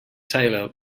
taylor